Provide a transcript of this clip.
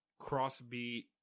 Crossbeat